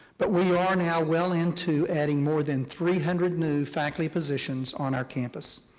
but we are now well into adding more than three hundred new factory positions on our campus.